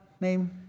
name